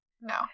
No